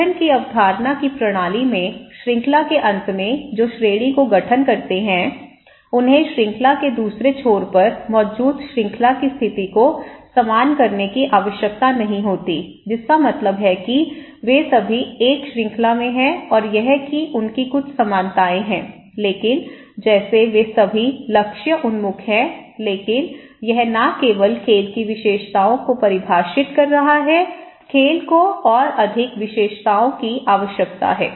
गठन की अवधारणा की प्रणाली में श्रृंखला के अंत में जो श्रेणी का गठन करते हैं उन्हें श्रृंखला के दूसरे छोर पर मौजूद श्रृंखला की स्थिति को समान करने की आवश्यकता नहीं होती जिसका मतलब है कि वे सभी एक श्रृंखला में हैं और यह कि उनकी कुछ समानताएँ हैं लेकिन जैसे वे सभी लक्ष्य उन्मुख हैं लेकिन यह न केवल खेल की विशेषताओं को परिभाषित कर रहा है खेल को और अधिक विशेषताओं की आवश्यकता है